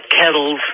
Kettle's